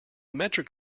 metric